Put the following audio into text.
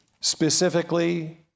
Specifically